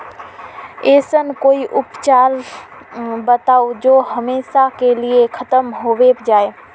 ऐसन कोई उपचार बताऊं जो हमेशा के लिए खत्म होबे जाए?